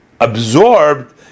absorbed